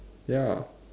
ya